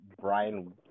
Brian